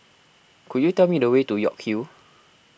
could you tell me the way to York Hill